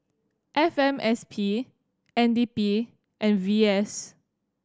F M S P N D P and V S